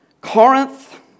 Corinth